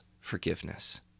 forgiveness